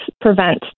prevent